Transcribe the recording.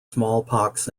smallpox